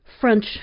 French